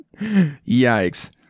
Yikes